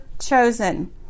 chosen